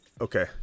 Okay